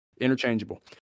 Interchangeable